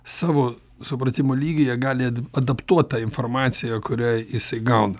savo supratimo lygyje gali adaptuot tą informaciją kurią jisai gauna